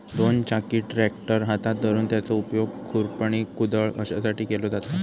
दोन चाकी ट्रॅक्टर हातात धरून त्याचो उपयोग खुरपणी, कुदळ अश्यासाठी केलो जाता